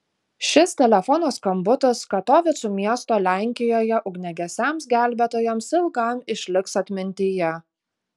šis telefono skambutis katovicų miesto lenkijoje ugniagesiams gelbėtojams ilgam išliks atmintyje